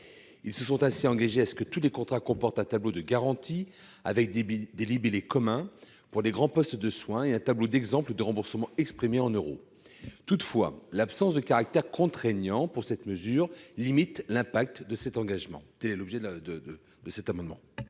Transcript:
éclairé du consommateur. Ainsi, tous les contrats comporteront un tableau de garanties avec des libellés communs pour les grands postes de soins et un tableau d'exemples de remboursement en euros. Toutefois, l'absence de caractère contraignant de la mesure limite l'impact de cet engagement.